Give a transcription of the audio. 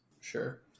Sure